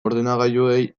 ordenagailuei